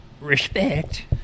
respect